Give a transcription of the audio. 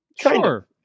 sure